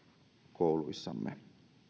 kouluissamme